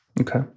Okay